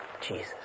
Jesus